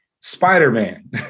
Spider-Man